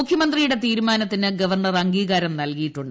മുഖ്യമന്ത്രിയുടെ തീരുമാനത്തിന് ഗവർണർ അംഗീകാരം നൽകിയിട്ടുണ്ട്